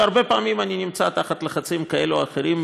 והרבה פעמים אני נתון בלחצים כאלה או אחרים,